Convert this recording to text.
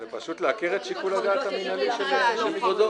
זה פשוט להכיר את שיקול הדעת המינהלי --- מי אדוני?